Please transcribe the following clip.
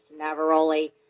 Navaroli